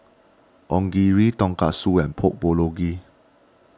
Onigiri Tonkatsu and Pork Bulgogi